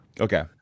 Okay